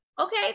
okay